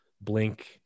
blink